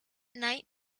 night